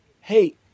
hey